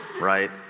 right